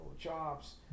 chops